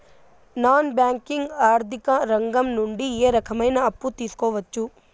Non banking ఆర్థిక రంగం నుండి ఏ రకమైన అప్పు తీసుకోవచ్చు?